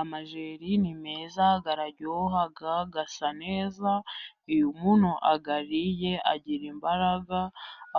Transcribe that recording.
amajeri ni meza araryoha, asa neza, uyu umuntu ayariye agira imbaraga,